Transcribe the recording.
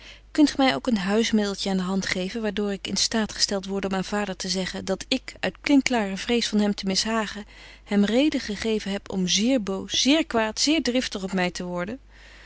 kunt gy my ook een huismiddeltje aan de hand geven waar door ik in staat gestelt worde om aan vader te zeggen dat ik uit klinkklare vrees van hem te mishagen hem reden gegeven heb om zeer boos zeer kwaad zeer driftig op my te worden